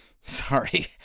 Sorry